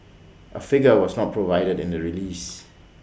A figure was not provided in the release